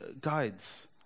guides